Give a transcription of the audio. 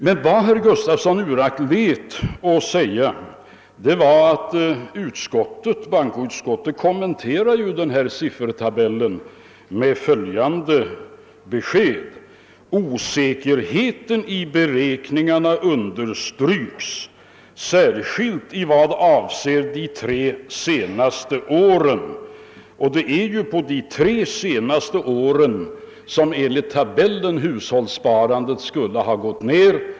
Men vad herr Gustafson uraktlät att säga var att bankoutskottet i sin kommentar till den i utredningen redovisade siffertabellen understryker osäkerheten i beräkningarna, särskilt i vad avser de tre senaste åren. Och det är ju under de tre senaste åren som enligt tabellen hushållssparandet skulle ha gått ned.